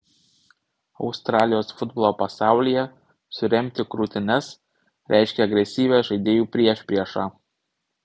australijos futbolo pasaulyje suremti krūtines reiškia agresyvią žaidėjų priešpriešą